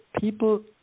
people